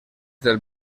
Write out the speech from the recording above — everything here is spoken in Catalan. del